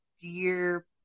dear